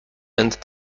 and